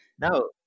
no